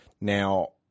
Now